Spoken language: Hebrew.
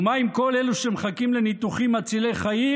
ומה עם כל אלו שמחכים לניתוחים מצילי חיים?